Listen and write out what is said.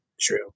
True